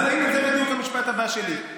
זה בדיוק המשפט הבא שלי.